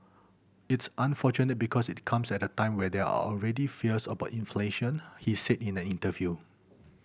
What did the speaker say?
it's unfortunate because it comes at a time when there are already fears about inflation he said in an interview